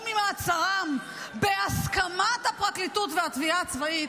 ממעצרם בהסכמת הפרקליטות והתביעה הצבאית,